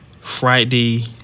Friday